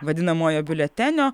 vadinamojo biuletenio